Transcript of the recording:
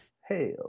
Hell